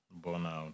Burnout